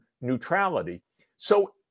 neutrality—so